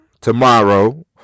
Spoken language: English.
tomorrow